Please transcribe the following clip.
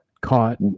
caught